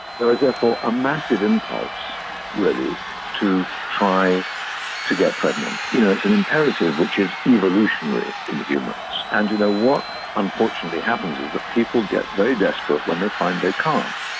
there is, therefore, a massive impulse really to try to get pregnant. you know it's an imperative which is evolutionary in humans. and you know what unfortunately happens is that people get very desperate when they find they can't.